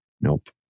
Nope